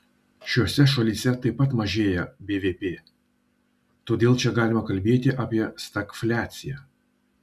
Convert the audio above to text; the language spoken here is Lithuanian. šiose šalyse taip pat mažėja bvp todėl čia galima kalbėti apie stagfliaciją